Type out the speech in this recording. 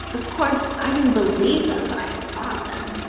of course i didn't believe them but i thought them.